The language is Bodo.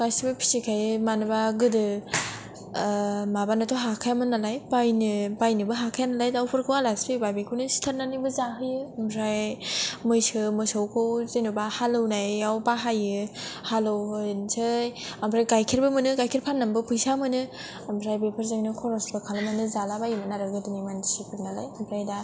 गासैबो फिसिखायो मानो होनबा गोदो माबानोथ' हाखायामोन नालाय बायनोबो हाखाया नालाय दाउफोरखौ आलासि फैबा बेखौनो सिथारनानैबो जाहोयो ओमफ्राय मैसो मोसौखौ जेनेबा हालेवनायाव बाहायो हालेवहैनोसै ओमफ्राय गाइखेरबो मोनो गाइखेर फाननानै फैसाबो मोनो ओमफ्राय बेफोरजोंनो खरसबो खालामनानै जालाबायोमोन आरो गोदोनि मानसिफोर नालाय ओमफ्राय दा